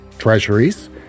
treasuries